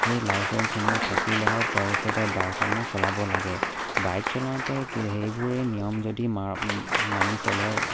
সেই লাইচেঞ্চসমূহ থাকিলেহে তেখেতে বাইকসমূহ চলাব লাগে বাইক চলাওঁতে সেইবোৰে নিয়ম যদি ম মানি চলে